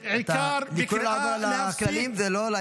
בקריאה להפסיק --- לקרוא לעבור על הכללים זה לא,